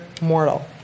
mortal